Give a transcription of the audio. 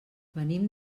venim